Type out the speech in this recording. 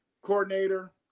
coordinator